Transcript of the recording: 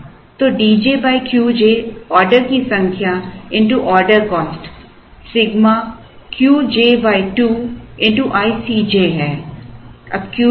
तो D j Q j order की संख्या x order cost sigma Q j 2 x i C j है